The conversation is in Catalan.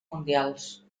mundials